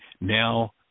now